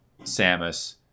Samus